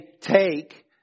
take